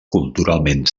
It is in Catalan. culturalment